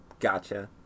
Gotcha